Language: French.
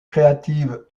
créative